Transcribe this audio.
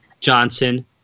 Johnson